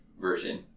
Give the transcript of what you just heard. version